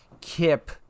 kip